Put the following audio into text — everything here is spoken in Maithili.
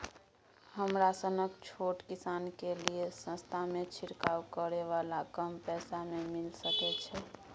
हमरा सनक छोट किसान के लिए सस्ता में छिरकाव करै वाला कम पैसा में मिल सकै छै?